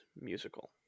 musical